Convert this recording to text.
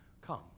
Come